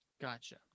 Gotcha